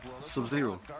Sub-Zero